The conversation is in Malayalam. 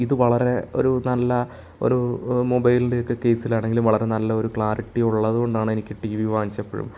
ഇത് വളരെ ഒരു നല്ല ഒരു മൊബൈലിൻ്റെയൊക്കെ കെയിസിൽ ആണെങ്കിലും വളരെ നല്ല ഒരു ക്ലാരിറ്റി ഉള്ളതുകൊണ്ടാണ് എനിക്ക് ടി വി വാങ്ങിച്ചപ്പോഴും